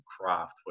craft